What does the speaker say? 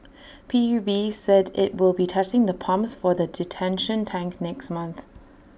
P U B said IT will be testing the pumps for the detention tank next month